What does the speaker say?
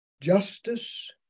justice